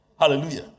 hallelujah